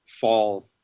fall